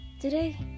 Today